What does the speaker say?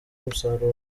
umusaruro